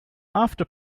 after